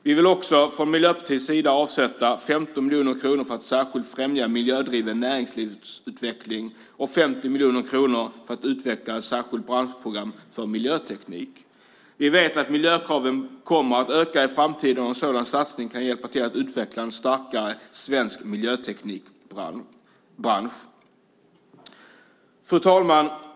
Vi i Miljöpartiet vill vidare avsätta 15 miljoner kronor för att särskilt främja miljödriven näringslivsutveckling och 50 miljoner kronor för att utveckla ett särskilt branschprogram för miljöteknik. Vi vet att miljökraven kommer att öka i framtiden, och en sådan satsning kan hjälpa till att utveckla en starkare svensk miljöteknikbransch. Fru talman!